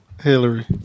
Hillary